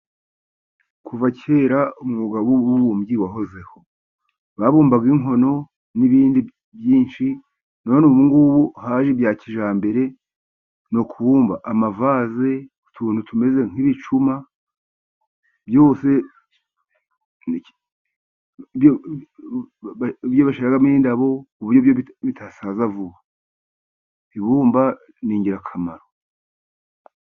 Kuva kera umwuga w'ububumbyi wahozeho, babumbaga inkono n'ibindi byinshi. none ubungubu haje ibya kijyambere n'ukubumba amavaze, utuntu tumeze nk'ibicuma, ibyo bashyiramo indabo kuburyo byo bitasaza vuba, ibumba ni ingirakamaro.